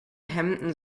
hemden